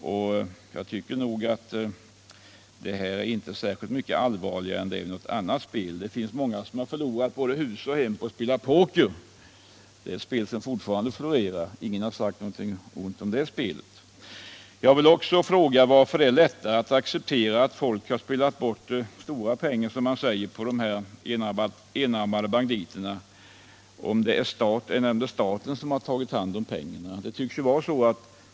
Och jag tycker inte att detta spel är särskilt mycket skadligare än många andra spel. Det finns de som förlorat både hus och hem på att spela poker. Det är ett spel som fortfarande florerar, men ingen har sagt något ont om det. Jag vill också fråga varför det är svårare att acceptera att folk spelar bort stora pengar på enarmade banditer än att acceptera att staten tar hand om pengarna.